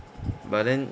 but then